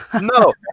No